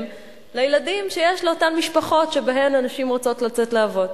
לילדים שיש לאותן משפחות שבהן הנשים רוצות לעבוד.